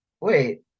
wait